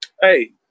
hey